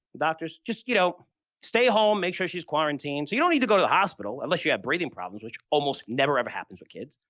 doctors, just you know stay at home, make sure she's quarantined. so, you don't need to go to the hospital unless you have breathing problems, which almost never ever happens with kids.